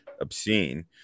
obscene